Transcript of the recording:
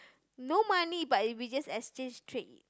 no money but if you just exchange straight